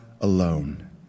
alone